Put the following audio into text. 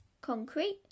concrete